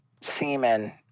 semen